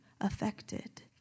affected